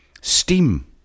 steam